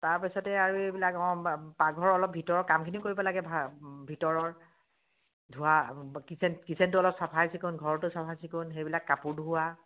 তাৰপিছতে আৰু এইবিলাক অঁ পাকঘৰৰ অলপ ভিতৰৰ কামখিনিও কৰিব লাগে ভা ভিতৰৰ ধোৱা কিচেন কিচেনটো অলপ চাফাই চিকুণ ঘৰতো চাফা চিকুণ সেইবিলাক কাপোৰ ধোৱা